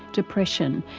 depression,